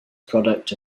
product